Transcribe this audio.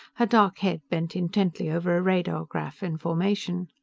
her dark head bent intently over a radar graph in formation.